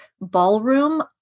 ballroom